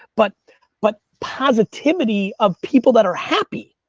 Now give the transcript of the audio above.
but but positivity of people that are happy.